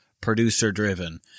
producer-driven